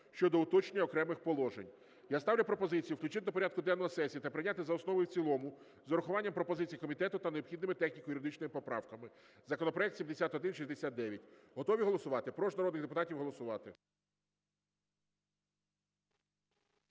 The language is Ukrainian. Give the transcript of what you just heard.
щодо уточнення окремих положень. Я ставлю пропозицію включити до порядку денного сесії та прийняти за основу і в цілому з урахуванням пропозицій комітету та необхідними техніко-юридичними поправками законопроект 7169. Готові голосувати? Прошу народних депутатів голосувати.